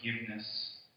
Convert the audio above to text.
forgiveness